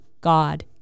God